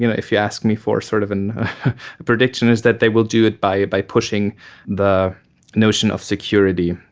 you know if you ask me for a sort of and prediction, is that they will do it by it by pushing the notion of security,